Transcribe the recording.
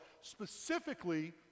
specifically